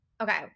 okay